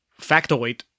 factoid